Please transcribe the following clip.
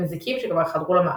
מזיקים שכבר חדרו למערכת.